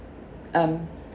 um